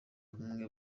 kumwe